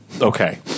Okay